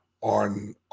on